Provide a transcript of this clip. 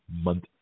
month